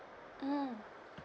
mm